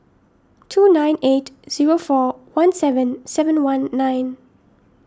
two nine eight zero four one seven seven one nine